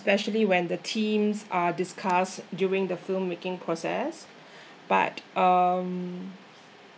especially when the themes are discussed during the film making process but um